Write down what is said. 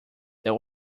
that